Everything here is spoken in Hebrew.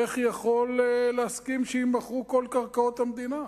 איך יכול להסכים שיימכרו כל קרקעות המדינה?